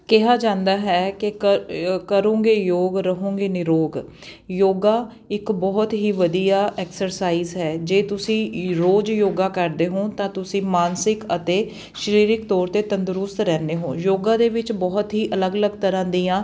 ਕਿਹਾ ਜਾਂਦਾ ਹੈ ਕਿ ਕ ਕਰੋਗੇ ਯੋਗ ਰਹੋਗੇ ਨਿਰੋਗ ਯੋਗਾ ਇੱਕ ਬਹੁਤ ਹੀ ਵਧੀਆ ਐਕਸਰਸਾਈਜ਼ ਹੈ ਜੇ ਤੁਸੀਂ ਰੋਜ਼ ਯੋਗਾ ਕਰਦੇ ਹੋ ਤਾਂ ਤੁਸੀਂ ਮਾਨਸਿਕ ਅਤੇ ਸਰੀਰਕ ਤੌਰ 'ਤੇ ਤੰਦਰੁਸਤ ਰਹਿੰਦੇ ਹੋ ਯੋਗਾ ਦੇ ਵਿੱਚ ਬਹੁਤ ਹੀ ਅਲੱਗ ਅਲੱਗ ਤਰ੍ਹਾਂ ਦੀਆਂ